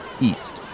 east